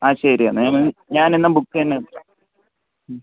ആ ശരിയെന്നാൽ ഞാൻ ഞാനിന്ന് ബുക്ക് തന്നെ മ്